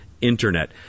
Internet